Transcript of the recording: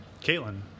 Caitlin